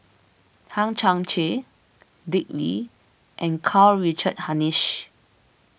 Hang Chang Chieh Dick Lee and Karl Richard Hanitsch